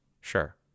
Sure